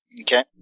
Okay